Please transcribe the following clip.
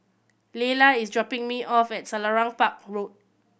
Laylah is dropping me off at Selarang Park Road